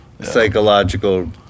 Psychological